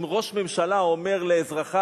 אם ראש ממשלה אומר לאזרחיו: